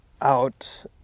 out